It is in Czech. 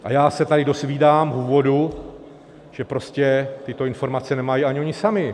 A já se tady dozvídám v úvodu, že prostě tyto informace nemají ani oni sami.